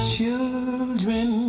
Children